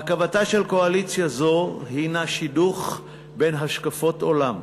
הרכבתה של קואליציה זו היא שידוך בין השקפות עולם.